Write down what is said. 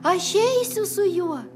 aš eisiu su juo